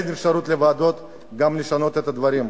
גם לוועדות אין אפשרות לשנות את הדברים,